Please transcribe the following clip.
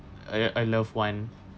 uh your a loved one